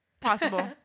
Possible